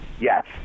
yes